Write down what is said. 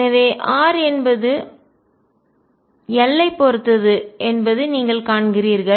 எனவே r என்பது l ஐப் பொறுத்தது என்பதை நீங்கள் காண்கிறீர்கள்